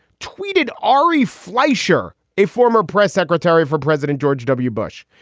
tweeted ari fleischer, a former press secretary for president george w. bush.